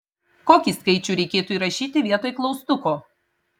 kokį skaičių reikėtų įrašyti vietoj klaustuko